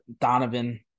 Donovan